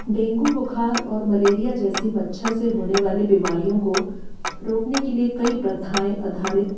dengue बुखार और malaria जैसी मच्छर से होने वाली बीमारियों को रोकने के लिए कई प्रथाएँ अधारित